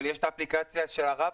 אבל יש את האפליקציה של הרב-קו,